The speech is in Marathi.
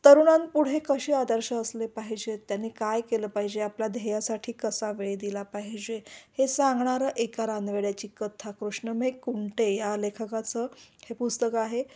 तरुणां पुढे कसे आदर्श असले पाहिजेत त्यांनी काय केलं पाहिजे आपल्या ध्येयासाठी कसा वेळ दिला पाहिजे हे सांगणारं एका रानवेड्याची कथा कृष्ण मे कुंटे या लेखकाचं हे पुस्तकं आहे